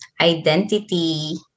identity